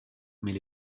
mais